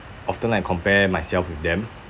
often I compare myself with them